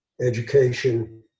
education